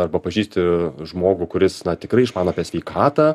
arba pažįsti žmogų kuris na tikrai išmano apie sveikatą